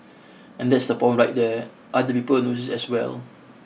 and that's the problem right there other people noticed as well